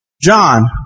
John